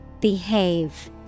Behave